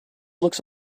looks